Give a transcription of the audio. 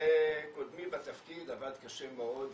קודמי בתפקיד עבד קשה מאוד,